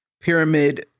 Pyramid